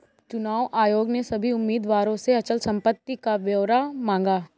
चुनाव आयोग ने सभी उम्मीदवारों से अचल संपत्ति का ब्यौरा मांगा